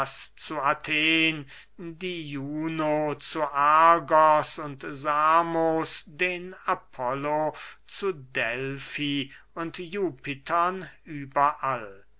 zu athen die juno zu argos und samos den apollo zu delfi und jupitern überall